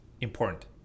important